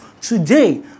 today